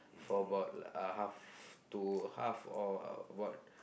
for about uh half to half or about